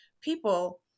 people